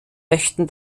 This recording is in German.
möchten